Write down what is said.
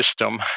system